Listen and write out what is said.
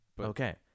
Okay